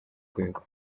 rwego